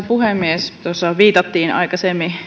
puhemies tuossahan viitattiin aikaisemmin